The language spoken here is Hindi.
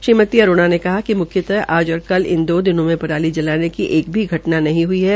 श्रीमती अरोड़ा ने कहा कि म्ख्यतः आज और कल इन दो दिनों में पराली जलाने की एक भी घटना नहीं होनी चाहिए